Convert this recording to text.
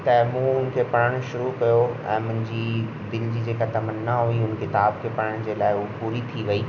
त मूं हुनखे पढ़णु शुरू कयो ऐं मुंहिंजी दिलि जी जेका तमन्ना हुई हुन किताब खे पढ़ण जे लाइ हू पूरी थी वई